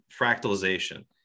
fractalization